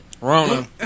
Rona